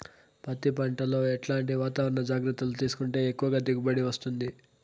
పత్తి పంట లో ఎట్లాంటి వాతావరణ జాగ్రత్తలు తీసుకుంటే ఎక్కువగా దిగుబడి వస్తుంది?